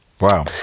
wow